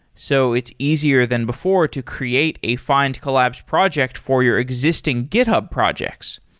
so it's easier than before to create a findcollabs projects for your existing github projects.